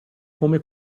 come